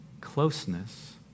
closeness